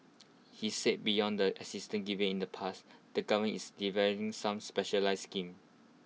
he said beyond the assistance given in the past the govern is developing some specialised schemes